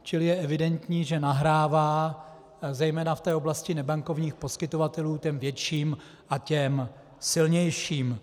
Čili je evidentní, že nahrává zejména v té oblasti nebankovních poskytovatelů těm větším a silnějším.